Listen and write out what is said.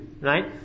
right